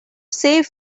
save